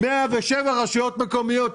107 רשויות מקומיות.